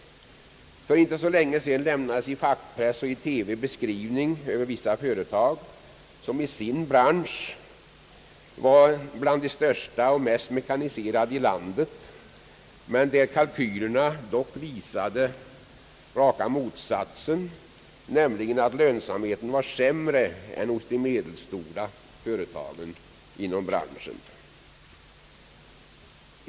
För inte så länge sedan lämnades i dagspress och TV beskrivning över vissa företag som i sin bransch tillhörde de största och mest mekaniserade i landet, men där kalkylerna pekade i rakt motsatt riktning, nämligen att lönsamheten var sämre än hos de medelstora företagen inom branschen.